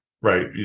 right